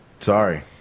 Sorry